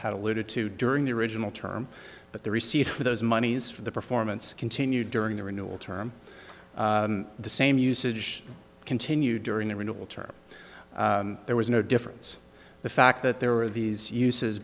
had alluded to during the original term but the receipt for those monies for the performance continued during the renewal term the same usage continued during the renewal term there was no difference the fact that there were these uses